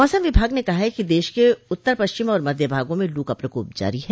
मौसम विभाग ने कहा है कि देश के उत्तर पश्चिम और मध्य भागों में लू का प्रकोप जारी है